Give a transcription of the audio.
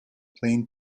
plain